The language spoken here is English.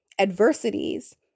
adversities